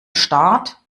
start